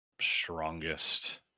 strongest